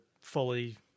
fully